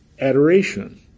adoration